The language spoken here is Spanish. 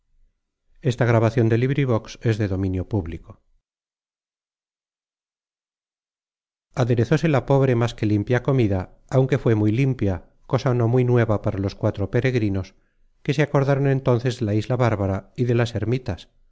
aderezóse la pobre más que limpia comida aunque fué muy limpia cosa no muy nueva para los cuatro peregrinos que se acordaron entonces de la isla bárbara y de las ermitas